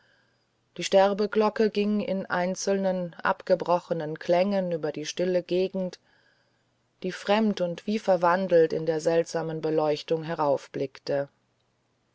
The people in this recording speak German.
die sterbeglocke ging in einzelnen abgebrochenen klängen über die stille gegend die fremd und wie verwandelt in der seltsamen beleuchtung